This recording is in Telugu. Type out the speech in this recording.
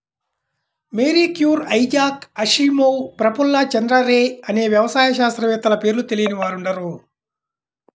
Mary Curie, Isaac Asimov, Prafulla Chandra Ray అనే వ్యవసాయ శాస్త్రవేత్తల పేర్లు తెలియని వారుండరు